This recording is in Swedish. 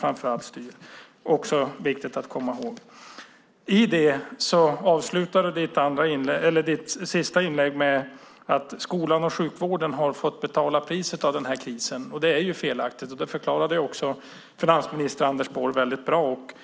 Också det är viktigt att komma ihåg. Du avslutade ditt sista inlägg med att skolan och sjukvården har fått betala priset för den här krisen. Det är fel, vilket också finansminister Anders Borg förklarade på ett mycket bra sätt.